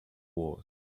was